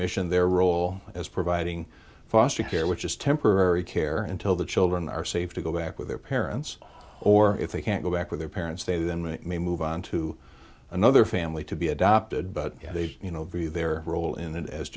mission their role as providing foster care which is temporary care until the children are safe to go back with their parents or if they can't go back with their parents they then make me move on to another family to be adopted but they you know view their role in that as